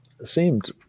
seemed